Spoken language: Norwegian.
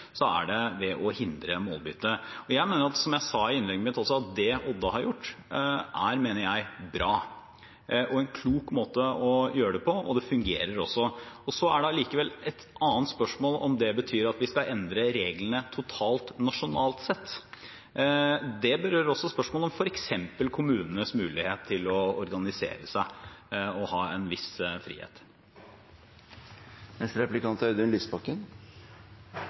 hindre målbytte. Som jeg sa i innlegget mitt, er det Odda har gjort, bra og en klok måte å gjøre det på, og det fungerer også. Så er det likevel et annet spørsmål om det betyr at vi skal endre reglene totalt nasjonalt sett. Det blir også et spørsmål om f.eks. kommunenes mulighet til å organisere seg og ha en viss frihet. Når nasjonale politikere er